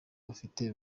bafite